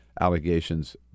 allegations